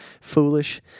foolish